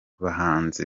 bahanzi